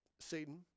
Satan